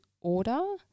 order